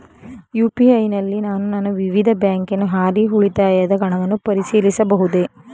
UPI ನಲ್ಲಿ ನಾನು ನನ್ನ ವಿವಿಧ ಬ್ಯಾಂಕಿನ ಹಾಲಿ ಉಳಿತಾಯದ ಹಣವನ್ನು ಪರಿಶೀಲಿಸಬಹುದೇ?